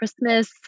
Christmas